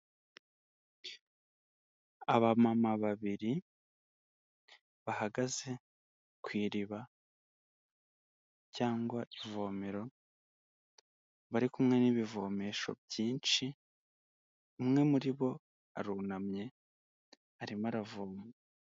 Abamama babiri, bahagaze ku iriba cyangwa ivomero, bari kumwe n'ibivomesho byinshi, umwe muri bo arunamye arimo aravoma.